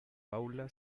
paula